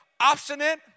obstinate